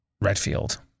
Redfield